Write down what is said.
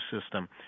system